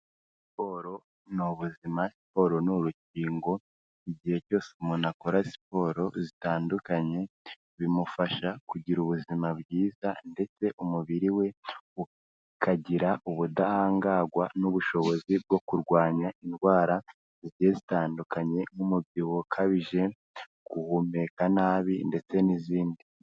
Siporo ni ubuzima, siporo ni urukingo, igihe cyose umuntu akora siporo zitandukanye bimufasha kugira ubuzima bwiza ndetse umubiri we ukagira ubudahangagwa n'ubushobozi bwo kurwanya indwara zigiye zitandukanye nk'umubyibuho ukabije, guhumeka nabi ndetse n'izindi.